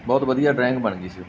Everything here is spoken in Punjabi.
ਬਹੁਤ ਵਧੀਆ ਡਰਾਇੰਗ ਬਣ ਗਈ ਸੀ